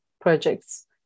projects